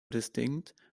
distinct